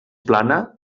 plana